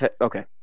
okay